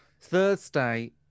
Thursday